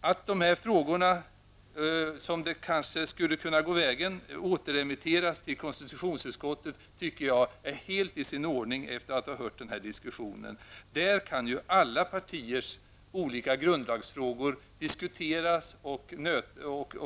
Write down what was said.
Att dessa frågor, så som det kanske blir, återremitteras till konstitutionsutskottet tycker jag är helt i sin ordning sedan jag hört den här diskussionen. Där kan ju alla partiers olika grundlagsåsikter diskuteras och